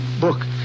book